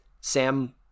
sam